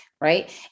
right